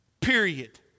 period